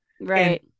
Right